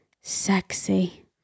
sexy